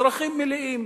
אזרחים מלאים.